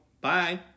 bye